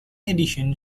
addition